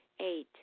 Eight